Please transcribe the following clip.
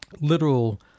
literal